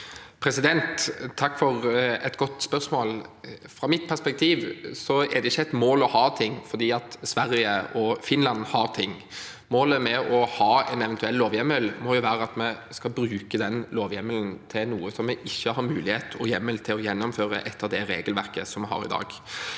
Takk for et godt spørsmål. Fra mitt perspektiv er det ikke et mål å ha ting fordi Sverige og Finland har dem. Målet med å ha en eventuell lovhjemmel må jo være at vi skal bruke den lovhjemmelen til noe vi ikke har mulighet og hjemmel til å gjennomføre etter det regelverket vi har i dag.